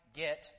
get